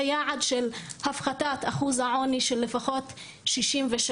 יעד של הפחתת אחוז העוני של לפחות 63%,